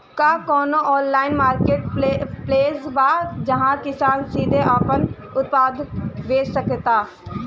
का कोनो online marketplace बा जहां किसान सीधे अपन उत्पाद बेच सकता?